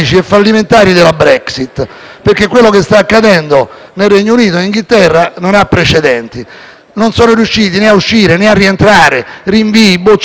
non sono riusciti né a uscire né a rientrare; rinvii, bocciature, un Governo che sopravvive a esiti parlamentari disastrosi; nemmeno la presenza di un'autorevole, tradizionale